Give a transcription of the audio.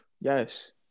Yes